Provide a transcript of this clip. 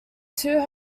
two